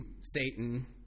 Satan